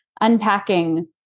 unpacking